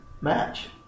match